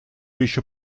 еще